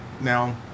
Now